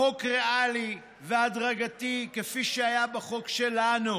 החוק ריאלי והדרגתי, כפי שהיה בחוק שלנו,